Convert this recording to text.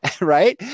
Right